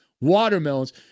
watermelons